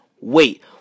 wait